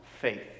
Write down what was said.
faith